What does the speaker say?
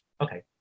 okay